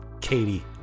Katie